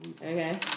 Okay